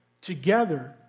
Together